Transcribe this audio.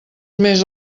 més